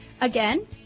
Again